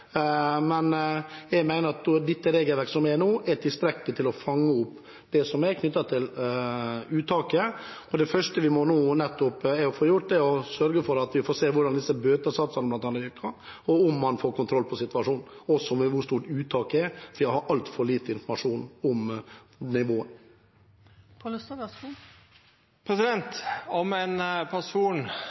men jeg mener at det regelverket som er nå, er tilstrekkelig til å fange opp det som er knyttet til uttaket. Det første vi må få gjort, er å se på hvordan bl.a. bøtesatsene virker, om man får kontroll på situasjonen, og hvor stort uttaket er, for vi har altfor lite informasjon om nivået. Om ein person